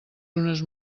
unes